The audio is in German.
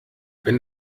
wenn